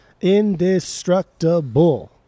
Indestructible